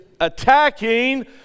attacking